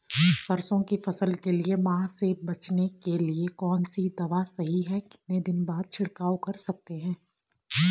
सरसों की फसल के लिए माह से बचने के लिए कौन सी दवा सही है कितने दिन बाद छिड़काव कर सकते हैं?